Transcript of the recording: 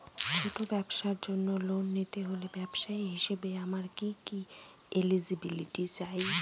ছোট ব্যবসার জন্য লোন নিতে হলে ব্যবসায়ী হিসেবে আমার কি কি এলিজিবিলিটি চাই?